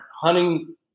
hunting